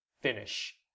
finish